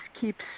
keeps